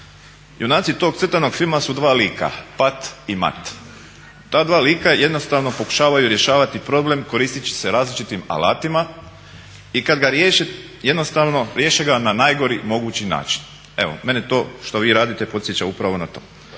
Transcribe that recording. junaci to crtanog filma su dva lika Pat i Mat, ta dva lika jednostavno pokušavaju rješavati problem koristeći se različitim alatima i kada ga riješe jednostavno ga riješe na najgori mogući način. Evo mene to što vi radite podsjeća upravo na to.